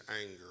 anger